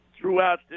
Throughout